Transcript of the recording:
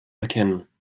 erkennen